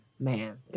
man